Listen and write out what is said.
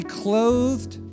clothed